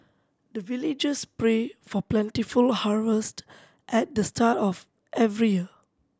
the villagers pray for plentiful harvest at the start of every year